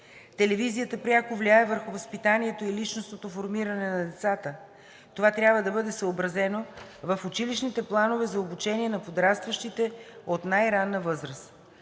Телевизията пряко влияе върху възпитанието и личностното формиране на децата. Това трябва да бъде съобразено в училищните планове за обучение на подрастващите от най-ранна възраст.